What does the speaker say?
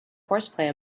horseplay